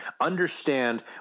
Understand